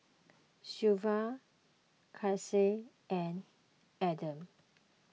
Silvia Casey and Edyth